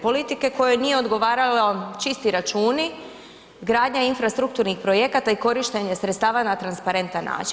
Politike kojoj nije odgovaralo čisti računi, gradnja infrastrukturnih projekata i korištenje sredstava na transparentan način.